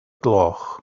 gloch